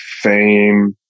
fame